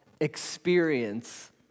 experience